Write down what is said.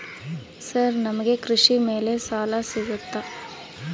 Sir ನಮಗೆ ಕೃಷಿ ಮೇಲೆ ಸಾಲ ಸಿಗುತ್ತಾ?